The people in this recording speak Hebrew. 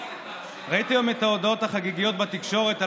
ראיתי היום את ההודעות החגיגיות בתקשורת על